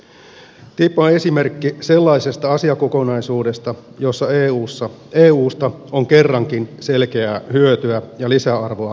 ttip on esimerkki sellaisesta asiakokonaisuudesta jossa eusta on kerrankin selkeää hyötyä ja lisäarvoa jäsenmaille